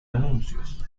anuncios